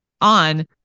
on